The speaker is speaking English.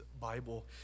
Bible